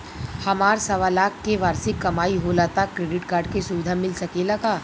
हमार सवालाख के वार्षिक कमाई होला त क्रेडिट कार्ड के सुविधा मिल सकेला का?